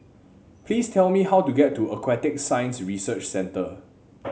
please tell me how to get to Aquatic Science Research Centre